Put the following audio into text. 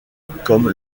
comme